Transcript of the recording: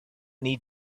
need